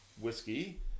whiskey